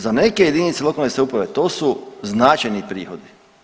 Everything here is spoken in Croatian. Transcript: Za neke jedinice lokalne samouprave to su značajni prihodi.